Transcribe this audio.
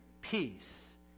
peace